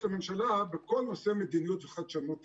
לממשלה בכל נושא המדיניות וחדשנות טכנולוגית.